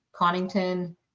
Connington